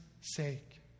sake